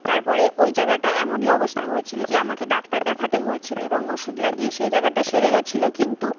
তারপরে ঐ জায়গাটা এমনই অবস্থা হয়েছিলো যে আমাকে ডাক্তার দেখাতে হয়েছিলো এবং ওষুধ লাগিয়ে সেই জায়গাটা সেরে গেছিলো কিন্তু